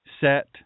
set